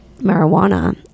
marijuana